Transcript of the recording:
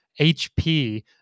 HP